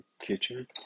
kitchen